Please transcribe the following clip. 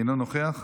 אינו נוכח,